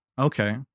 Okay